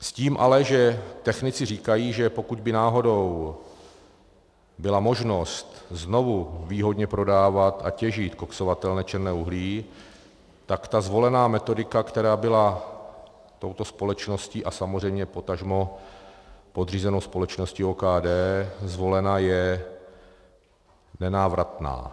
S tím ale, že technici říkají, že pokud by náhodou byla možnost znovu výhodně prodávat a těžit koksovatelné černé uhlí, tak zvolená metodika, která byla touto společností a samozřejmě potažmo podřízenou společností OKD zvolena, je nenávratná.